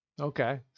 Okay